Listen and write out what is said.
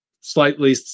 slightly